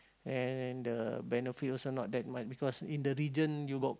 and the benefit also not that much because in the region you got